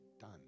Done